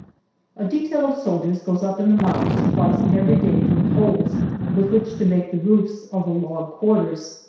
a detail of soldiers goes up in the mountains twice every day for poles with which to make the roofs of the log quarters.